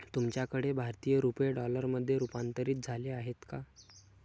तुमच्याकडे भारतीय रुपये डॉलरमध्ये रूपांतरित झाले आहेत का?